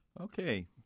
Okay